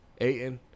Aiden